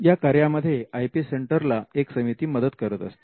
या कार्यामध्ये I P सेंटरला एक समिती मदत करत असते